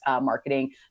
marketing